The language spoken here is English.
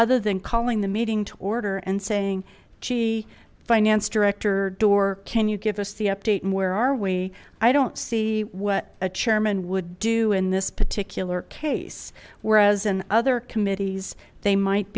other than calling the meeting to order and saying gee finance director door can you give us the update and where are we i don't see what a chairman would do in this particular case whereas in other committees they might